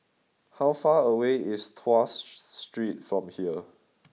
how far away is Tuas Street from here